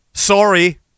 Sorry